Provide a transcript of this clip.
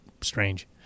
strange